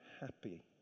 happy